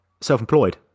self-employed